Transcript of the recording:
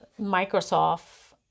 Microsoft